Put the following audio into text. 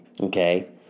Okay